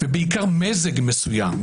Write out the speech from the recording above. ובעיקר מזג מסוים.